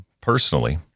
personally